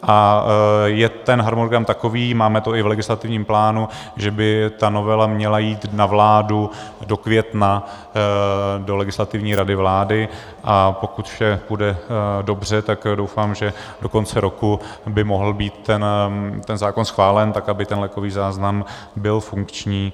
A harmonogram je takový, máme to i v legislativním plánu, že by ta novela měla jít na vládu do května do Legislativní rady vlády, a pokud vše půjde dobře, tak doufám, že do konce roku by mohl být ten zákon schválen, aby ten lékový záznam byl funkční 1. 1. 2019.